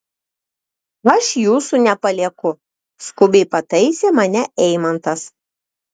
aš jūsų nepalieku skubiai pataisė mane eimantas